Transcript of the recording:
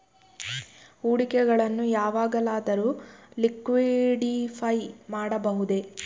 ಹೂಡಿಕೆಗಳನ್ನು ಯಾವಾಗಲಾದರೂ ಲಿಕ್ವಿಡಿಫೈ ಮಾಡಬಹುದೇ?